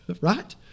right